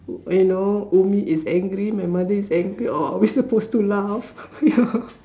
you know ummi is angry my mother is angry or are we supposed to laugh